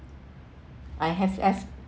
I have have